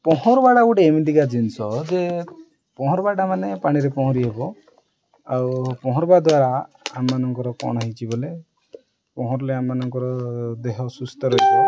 ପହଁରିବାଟା ଗୋଟେ ଏମିତିକା ଜିନିଷ ଯେ ପହଁରିବାଟା ମାନେ ପାଣିରେ ପହଁରି ହବ ଆଉ ପହଁରିବା ଦ୍ୱାରା ଆମମାନଙ୍କର କ'ଣ ହେଇଛି ବୋଲେ ପହଁରିଲେ ଆମମାନଙ୍କର ଦେହ ସୁସ୍ଥ ରହିବ